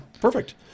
Perfect